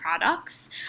products